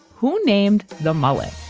who named the mullet?